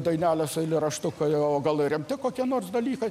dainelės eilėraštukai o gal ir rimti kokie nors dalykai